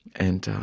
and